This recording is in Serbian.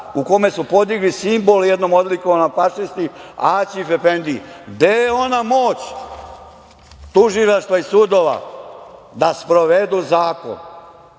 u kome su podigli simbol jednom odlikovanom fašisti Acif efendiji! Gde je ona moć tužilaštva i sudova da sprovedu zakon